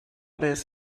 this